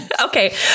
Okay